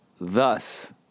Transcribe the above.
Thus